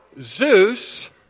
Zeus